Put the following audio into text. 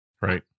Right